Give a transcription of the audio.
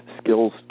skills